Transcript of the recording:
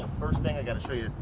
first thing i got to show you is.